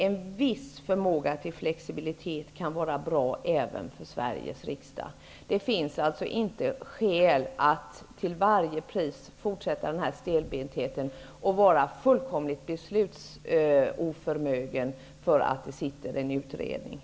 En viss förmåga till flexibilitet kan vara bra, Holger Gustafsson, även för Sveriges riksdag. Det finns alltså inte skäl att till varje pris fortsätta denna stelbenthet och vara fullkomligt beslutsoförmögen därför att en utredning är tillsatt.